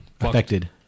affected